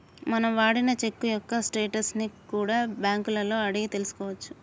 మనం వాడిన చెక్కు యొక్క స్టేటస్ ని కూడా బ్యేంకులలో అడిగి తెల్సుకోవచ్చు